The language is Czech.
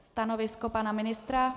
Stanovisko pana ministra?